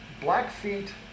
Blackfeet